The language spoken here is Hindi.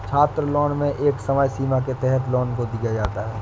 छात्रलोन में एक समय सीमा के तहत लोन को दिया जाता है